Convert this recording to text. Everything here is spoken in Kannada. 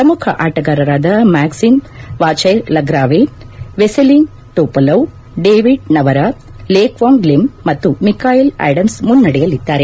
ಪ್ರಮುಖ ಆಟಗಾರರಾದ ಮ್ಯಾಗ್ಲಿಮ್ Vachier Lagrave Veselin Topalov David Navara Le Quang Liem ಮತ್ತು ಮಿಕಾಯಿಲ್ ಆಡೆಮ್ಸ್ ಮುನ್ನಡೆಯಲಿದ್ದಾರೆ